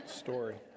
story